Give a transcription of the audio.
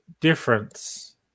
difference